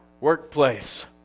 workplace